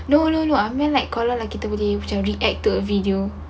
no no no I mean like kalau nak kita boleh macam react to a video